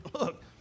look